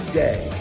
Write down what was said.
day